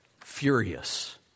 furious